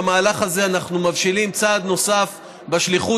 במהלך הזה אנחנו מבשילים צעד נוסף בשליחות